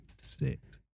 six